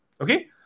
Okay